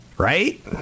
Right